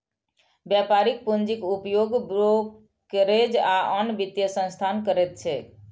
व्यापारिक पूंजीक उपयोग ब्रोकरेज आ आन वित्तीय संस्थान करैत छैक